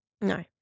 No